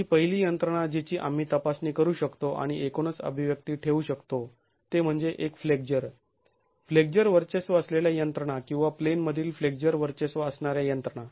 तर पहिली यंत्रणा जिची आम्ही तपासणी करू शकतो आणि एकूणच अभिव्यक्ती ठेवू शकतो ते म्हणजे एक फ्लेक्झर फ्लेक्झर वर्चस्व असलेल्या यंत्रणा किंवा प्लेनमधील फ्लेक्झर वर्चस्व असणाऱ्या यंत्रणा